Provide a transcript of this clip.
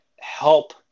help